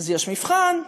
יש מבחן,